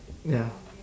ya